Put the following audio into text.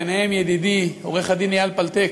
ובהם ידידי עורך-דין אייל פלטק,